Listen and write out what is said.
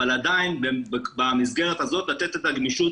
אבל עדיין במסגרת הזאת לתת את הגמישות